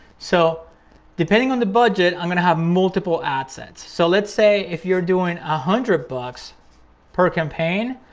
so depending on the budget, i'm gonna have multiple ad sets. so let's say if you're doing a hundred bucks per campaign,